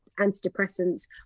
antidepressants